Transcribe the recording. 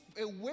away